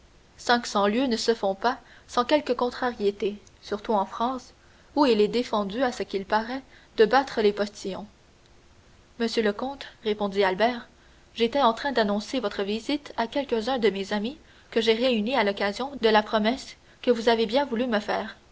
cinq cents lieues ne se font pas sans quelque contrariété surtout en france où il est défendu à ce qu'il paraît de battre les postillons monsieur le comte répondit albert j'étais en train d'annoncer votre visite à quelques-uns de mes amis que j'ai réunis à l'occasion de la promesse que vous avez bien voulu me faire